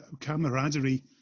camaraderie